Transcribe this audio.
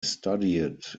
studied